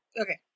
Okay